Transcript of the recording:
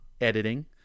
editing